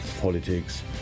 Politics